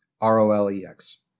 R-O-L-E-X